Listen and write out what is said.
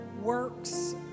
works